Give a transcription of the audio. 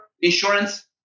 insurance